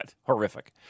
horrific